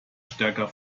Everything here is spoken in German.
stärker